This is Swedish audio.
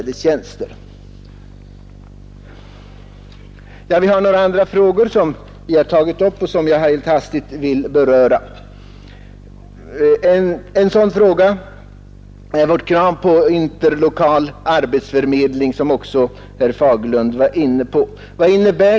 Det har tagits upp några andra frågor som jag helt hastigt vill beröra. Vårt krav på interlokal arbetsförmedling var herr Fagerlund inne på.